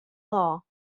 law